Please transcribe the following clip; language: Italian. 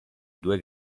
due